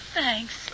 Thanks